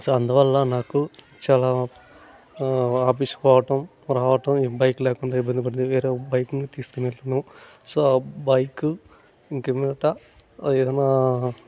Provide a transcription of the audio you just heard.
so అందువల్ల నాకు చాలా ఆఫీస్కి పోవటం రావటం ఈ బైక్ లేకుండా ఇబ్బంది పడింది వేరే బైక్ని తీసుకొని వెళ్ళాను సో ఆ బైక్ ఇంక మీదట ఏదన్నా